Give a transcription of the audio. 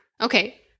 Okay